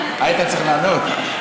היית צריך לענות?